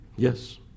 Yes